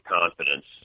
confidence